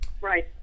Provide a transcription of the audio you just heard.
Right